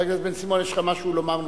חבר הכנסת בן-סימון יש לך משהו נוסף לומר?